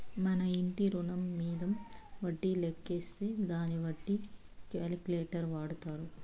మన ఇంటి రుణం మీంద వడ్డీ లెక్కేసే దానికి వడ్డీ క్యాలిక్యులేటర్ వాడతారు